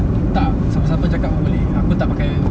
tak siapa siapa cakap pun boleh aku tak pakai